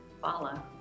follow